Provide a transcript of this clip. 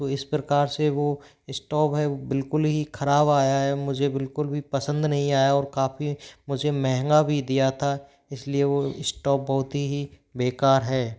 तो इस प्रकार से वो इस्टॉव है बिल्कुल ही खराब आया है मुझे बिल्कुल भी पसंद नहीं आया और काफ़ी मुझे महंगा भी दिया था इसलिए वो इस्टॉप बहुत ही बेकार है